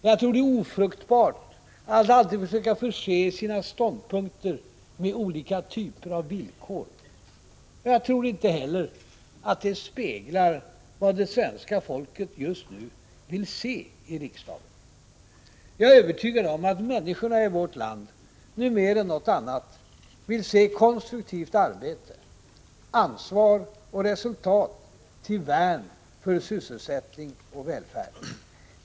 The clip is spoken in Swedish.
Jag tror att det är ofruktbart att förse sina ståndpunkter med olika typer av villkor — och jag tror inte heller att det speglar vad det svenska folket just nu vill se i riksdagen. Jag är övertygad om att människorna i vårt land nu mer än något annat vill se konstruktivt arbete, ansvar och resultat till värn för sysselsättning och välfärd.